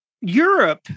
Europe